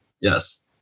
Yes